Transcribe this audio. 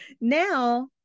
now